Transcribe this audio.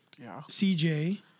CJ